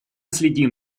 следим